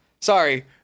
Sorry